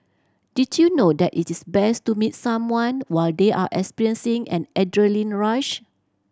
did you know that it is best to meet someone while they are experiencing an adrenaline rush